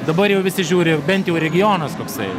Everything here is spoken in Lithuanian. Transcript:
dabar jau visi žiūri bent jau regionas koksai